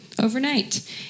overnight